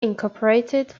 incorporated